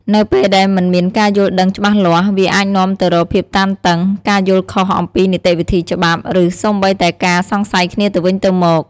នៅពេលដែលមិនមានការយល់ដឹងច្បាស់លាស់ វាអាចនាំទៅរកភាពតានតឹង ការយល់ខុសអំពីនីតិវិធីច្បាប់ ឬសូម្បីតែការសង្ស័យគ្នាទៅវិញទៅមក។